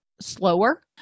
slower